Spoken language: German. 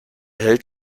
hält